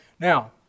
Now